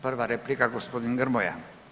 Prva replika gospodin Grmoja.